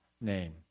name